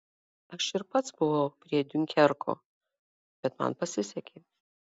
aš ir pats buvau prie diunkerko bet man pasisekė